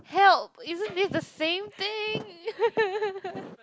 help isn't this the same thing